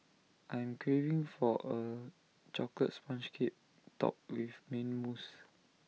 I'm craving for A Chocolate Sponge Cake Topped with Mint Mousse